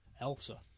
Elsa